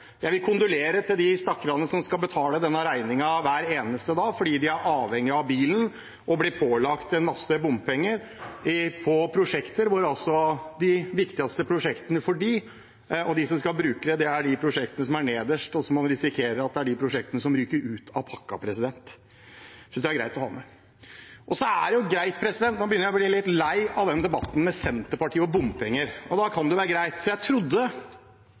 hver eneste dag fordi de er avhengige av bilen og blir pålagt en masse bompenger på prosjekter, mens de viktigste prosjektene for dem – for dem som skal bruke det – er de prosjektene som er nederst, og som man risikerer er de prosjektene som ryker ut av pakka. Det synes jeg er greit å ha med. Og nå begynner jeg å bli litt lei av denne debatten når det gjelder Senterpartiet og bompenger. Jeg trodde at representanten fra Senterpartiet visste at det